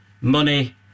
money